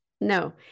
no